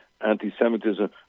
anti-Semitism